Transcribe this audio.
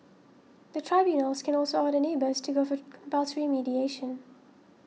the tribunals can also order neighbours to go for compulsory mediation